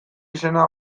izena